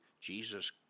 Jesus